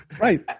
Right